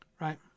right